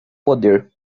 poder